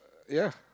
uh ya